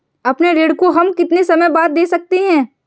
अपने ऋण को हम कितने समय बाद दे सकते हैं?